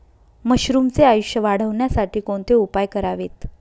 मशरुमचे आयुष्य वाढवण्यासाठी कोणते उपाय करावेत?